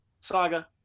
Saga